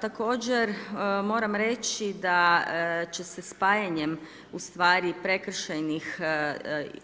Također, moram reći da će spajanjem, u stvari, prekršajnih